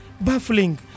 baffling